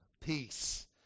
peace